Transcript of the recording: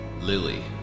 Lily